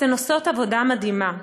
אתן עושות עבודה מדהימה,